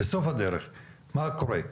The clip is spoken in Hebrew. בסוף הדרך מה קורה,